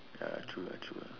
ya true ah true